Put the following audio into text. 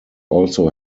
also